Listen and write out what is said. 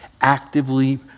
actively